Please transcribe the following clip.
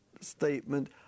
statement